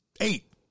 eight